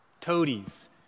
toadies